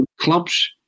clubs